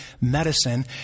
medicine